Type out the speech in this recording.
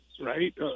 right